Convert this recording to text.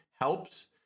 helps